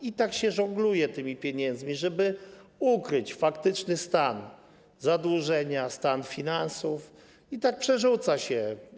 I tak się żongluje tymi pieniędzmi, żeby ukryć faktyczny stan zadłużenia, stan finansów, i tak przerzuca się.